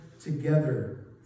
together